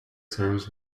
terms